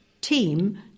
team